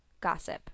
Gossip